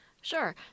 Sure